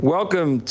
Welcome